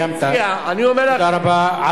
סיימת, תודה רבה.